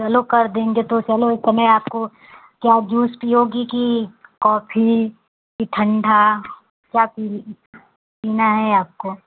चलो कर देंगे तो चलो इस समय आपको क्या जूस पियोगी कि कॉफी कि ठंडा क्या पी पीना है आपको